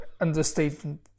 understatement